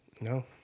No